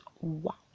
Wow